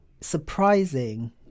surprising